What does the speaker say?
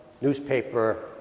newspaper